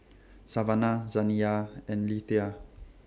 Savanna Zaniyah and Lethia